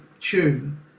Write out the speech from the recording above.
tune